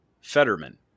Fetterman